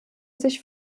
sich